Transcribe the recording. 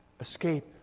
escape